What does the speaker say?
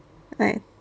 ha